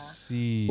see